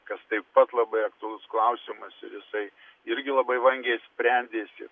kas taip pat labai aktualus klausimas ir jisai irgi labai vangiai sprendėsi